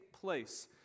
place